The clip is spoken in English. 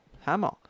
Hammer